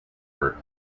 earth